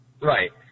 Right